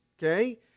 Okay